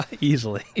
Easily